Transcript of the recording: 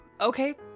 Okay